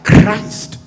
Christ